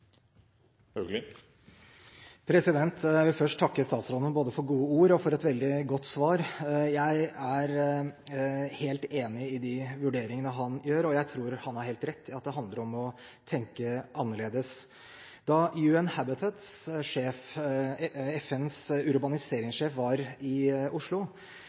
bypolitikk. Jeg vil først takke statsråden for både gode ord og et veldig godt svar. Jeg er helt enig i de vurderingene han gjør, og jeg tror at han har helt rett i at det handler om å tenke annerledes. Da UN-Habitat ved FNs urbaniseringssjef var i Oslo,